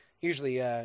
usually